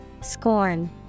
Scorn